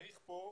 צריך כאן